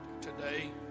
today